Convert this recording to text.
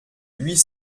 huit